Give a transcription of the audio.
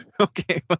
okay